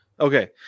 Okay